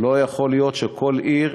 לא יכול להיות שכל עיר,